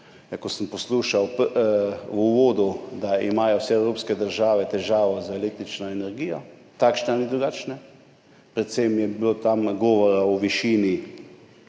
ko sem poslušal v uvodu, da imajo vse evropske države težave z električno energijo, takšne ali drugačne, predvsem je bilo tam govora o višini